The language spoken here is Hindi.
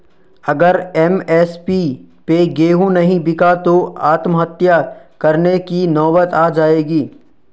अगर एम.एस.पी पे गेंहू नहीं बिका तो आत्महत्या करने की नौबत आ जाएगी